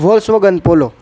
Volkswagen polo